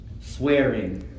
swearing